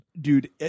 Dude